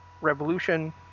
Revolution